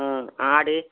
ம் ஆடு